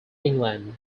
england